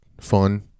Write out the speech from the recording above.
fun